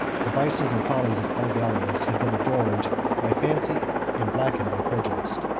the vices and follies of elagabalus have been adorned by fancy, and blackened by prejudice.